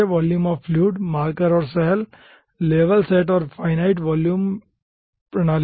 volume of fluid marker और cell level set और finite volume कार्यप्रणाली